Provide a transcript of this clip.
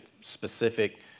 specific